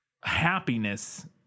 happiness